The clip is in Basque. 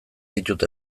ditut